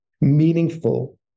meaningful